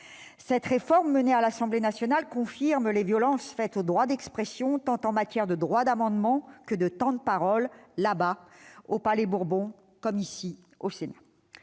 Cette réforme menée à l'Assemblée nationale confirme les violences faites au droit d'expression en matière tant de droit d'amendement que de temps de parole, là-bas, au Palais-Bourbon, comme ici, au Sénat.